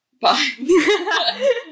Bye